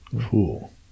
cool